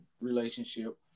relationship